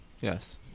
Yes